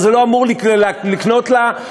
וזה לא אמור לקנות לה,